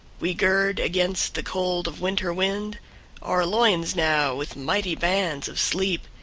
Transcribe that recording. we gird against the cold of winter wind our loins now with mighty bands of sleep,